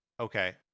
Okay